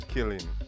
Killing